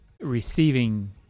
receiving